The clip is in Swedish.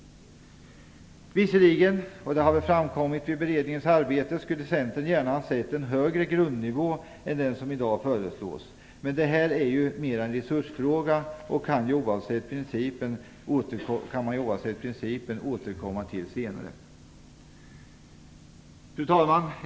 Visserligen skulle vi gärna ha sett en högre nivå än den som i dag föreslås. Men det är mer en resursfråga som vi kan återkomma till senare. Fru talman!